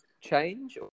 change